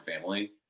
family